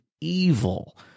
evil